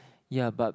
ya but